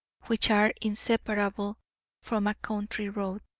which are inseparable from a country road.